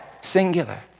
singular